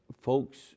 folks